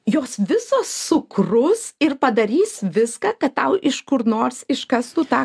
jos visos sukrus ir padarys viską kad tau iš kur nors iškastų tą